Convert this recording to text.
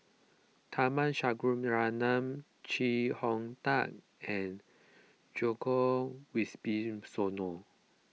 Tharman Shanmugaratnam Chee Hong Tat and Djoko Wibisono